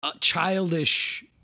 childish